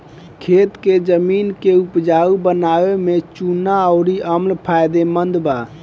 खेत के जमीन के उपजाऊ बनावे में चूना अउर अम्ल फायदेमंद बा